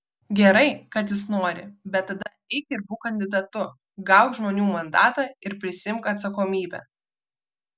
gerai kad jis nori bet tada eik ir būk kandidatu gauk žmonių mandatą ir prisiimk atsakomybę